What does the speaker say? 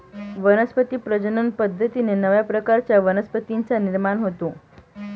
वनस्पती प्रजनन पद्धतीने नव्या प्रकारच्या वनस्पतींचा निर्माण होतो